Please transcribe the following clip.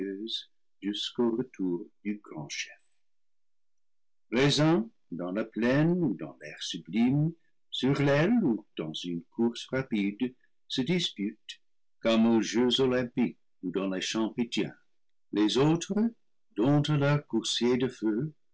jusqu'au retour du grand chef les uns dans la plaine ou dans l'air sublime sur l'aile ou dans une course rapide se disputent comme aux jeux olympiques ou dans les champs pythiens les autres domptent leur coursier de feu